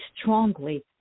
strongly